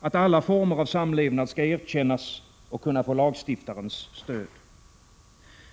att alla former av samlevnad skall erkännas och kunna få lagstiftarens stöd.